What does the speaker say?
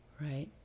right